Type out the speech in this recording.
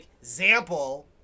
example